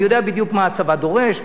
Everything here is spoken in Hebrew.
אני יודע בדיוק מה הצבא דורש,